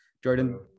Jordan